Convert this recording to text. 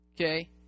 Okay